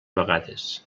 vegades